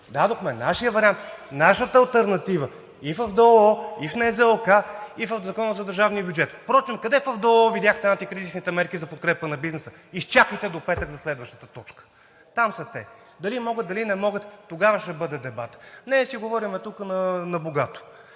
Дадохме нашия вариант, нашата алтернатива и в ДОО, и в НЗОК, и в Закона за държавния бюджет. Впрочем, къде в ДОО видяхте антикризисните мерки за подкрепа на бизнеса? Изчакайте до петък за следващата точка – там са те. Дали могат, дали не могат – тогава ще бъде дебатът. Не да си говорим тук на богато.